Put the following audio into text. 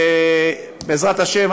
בעזרת השם,